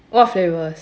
what flavours